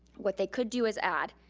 what they could do is add,